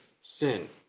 sin